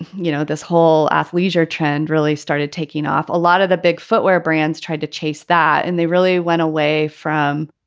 you know, this whole athleisure trend really started taking off. a lot of the big footwear brands tried to chase that. and they really went away from,